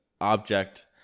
object